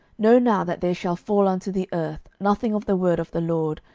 know now that there shall fall unto the earth nothing of the word of the lord,